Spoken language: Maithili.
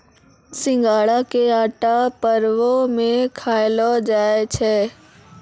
सिघाड़ा के आटा परवो मे खयलो जाय छै